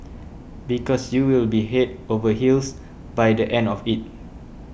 because you will be head over heels by the end of it